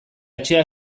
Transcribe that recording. etxea